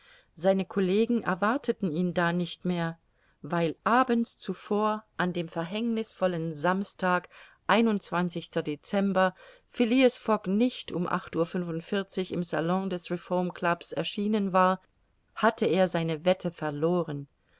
seine collegen erwarteten ihn da nicht mehr weil abends zuvor an dem verhängnißvollen samstag dezember nicht um acht uhr fünfundvierzig im salon des reform clubs erschienen war hatte er seine wette verloren